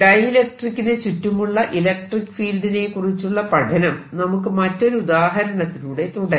ഡൈഇലക്ട്രിക്കിന് ചുറ്റുമുള്ള ഇലക്ട്രിക്ക് ഫീൽഡിനെ കുറിച്ചുള്ള പഠനം നമുക്ക് മറ്റൊരു ഉദാഹരണത്തിലൂടെ തുടരാം